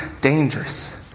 dangerous